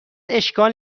اشکال